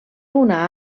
una